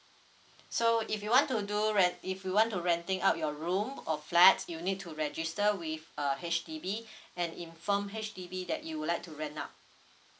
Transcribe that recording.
so if you want to do ren~ if you want to renting out your room or flat you need to register with uh H_D_B and inform H_D_B that you would like to rent out